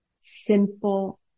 simple